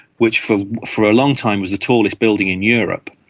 which for for a long time was the tallest building in europe,